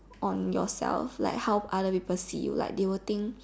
on yourself like how other people see you like they'll think